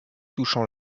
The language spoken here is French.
touchant